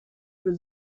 für